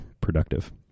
productive